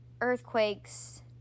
earthquakes